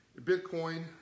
Bitcoin